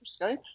Skype